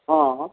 हँ